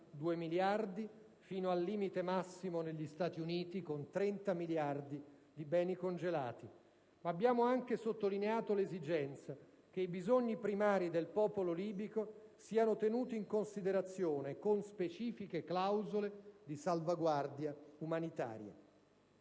2 miliardi, fino al limite massimo raggiunto negli Stati Uniti di beni congelati per 30 miliardi. Abbiamo anche sottolineato l'esigenza che i bisogni primari del popolo libico siano tenuti in considerazione con specifiche clausole di salvaguardia umanitaria.